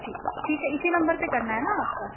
ٹھیک ٹھیک ہے اِسی نمبر پہ کرنا ہے نا آپ کا